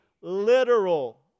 literal